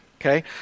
okay